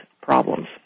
problems